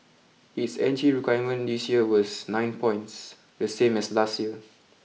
its entry requirement this year was nine points the same as last year